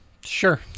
Sure